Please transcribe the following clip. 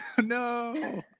No